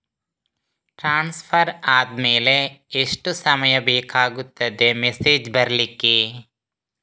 Transfer ಆದ್ಮೇಲೆ ಎಷ್ಟು ಸಮಯ ಬೇಕಾಗುತ್ತದೆ ಮೆಸೇಜ್ ಬರ್ಲಿಕ್ಕೆ?